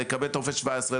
לקבל טופס 17,